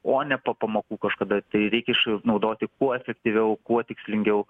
o ne po pamokų kažkada tai reikia išnaudoti kuo efektyviau kuo tikslingiau